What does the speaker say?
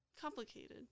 Complicated